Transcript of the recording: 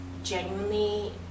genuinely